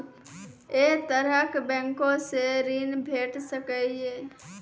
ऐ तरहक बैंकोसऽ ॠण भेट सकै ये?